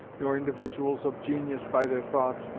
nor individuals of genius by their thoughts,